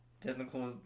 technical